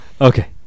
Okay